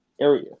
area